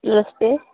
नमस्ते